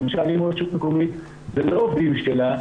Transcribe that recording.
למשל אם רשות מקומית, זה לא עובדים שלה,